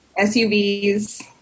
SUVs